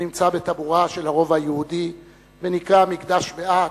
הנמצא בטבורו של הרובע היהודי ונקרא "מקדש מעט".